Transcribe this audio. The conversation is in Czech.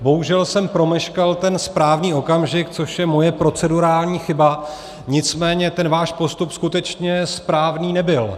Bohužel jsem promeškal ten správný okamžik, což je moje procedurální chyba, nicméně ten váš postup skutečně správný nebyl.